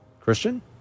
Christian